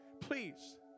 please